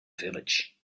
village